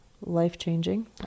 life-changing